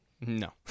No